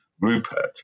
rupert